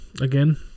again